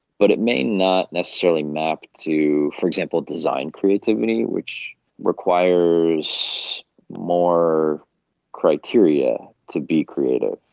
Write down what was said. but it may not necessarily map to, for example, design creativity which requires more criteria to be creative.